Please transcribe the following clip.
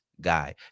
guy